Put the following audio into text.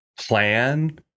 plan